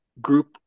group